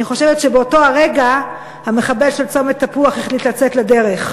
אני חושבת שבאותו רגע המחבל של צומת תפוח החליט לצאת לדרך,